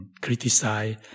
criticize